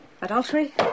adultery